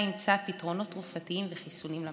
ימצא פתרונות תרופתיים וחיסונים למחלה.